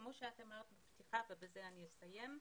כפי שאמרת בהתחלה ובזה אני אסיים.